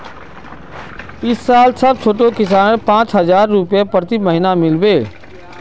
इस साल सब छोटो किसानक पांच हजार रुपए प्रति महीना मिल बे